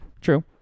true